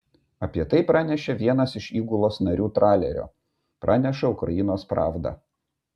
apie tai pranešė vienas iš įgulos narių tralerio praneša ukrainos pravda